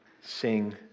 sing